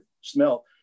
smell